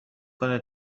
کنه